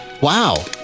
Wow